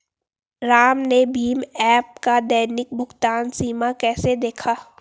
राम ने भीम ऐप का दैनिक भुगतान सीमा कैसे देखा?